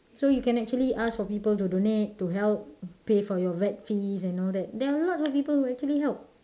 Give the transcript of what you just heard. so you can actually ask for people to donate to help to pay for your vet fees and all that there are a lot of people who can actually help